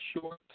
short